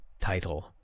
title